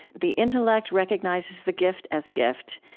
the intellect recognizes the gift as gift.